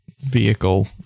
vehicle